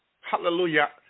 hallelujah